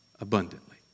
abundantly